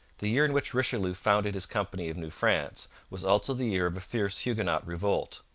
the year in which richelieu founded his company of new france was also the year of a fierce huguenot revolt.